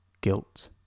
guilt